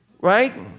Right